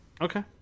Okay